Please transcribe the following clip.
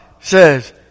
says